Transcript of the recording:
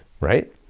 right